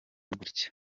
gutya